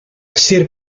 sir